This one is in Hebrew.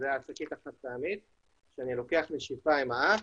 5 מיליון